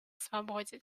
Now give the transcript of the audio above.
свободе